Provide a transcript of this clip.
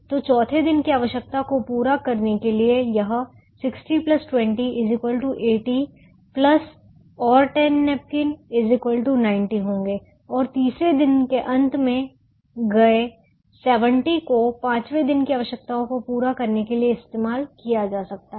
तो चौथे दिन की आवश्यकता को पूरा करने के लिए यह 60 20 80 प्लस और 10 नैपकिन 90 होंगे और तीसरे दिन के अंत में रखें गए 70 को पांचवें दिन की आवश्यकताओं को पूरा करने के लिए इस्तेमाल किया जा सकता है